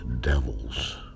devils